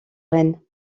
rennes